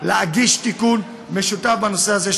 להגיש תיקון משותף בנושא הזה,